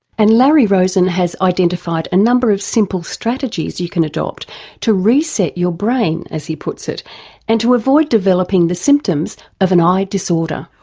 and larry rosen has identified a number of simple strategies you can adopt to reset your brain as he puts it and to avoid developing the symptoms of an i-disorder.